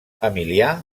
emilià